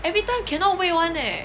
every time cannot wait [one] leh